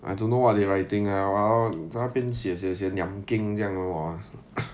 I don't know what they writing ah !walao! 那边写写写 niam keng 这样 lor !wah!